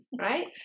Right